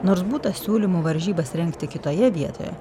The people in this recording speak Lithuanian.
nors būta siūlymų varžybas rengti kitoje vietoje